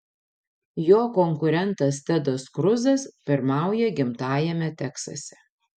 jo konkurentas tedas kruzas pirmauja gimtajame teksase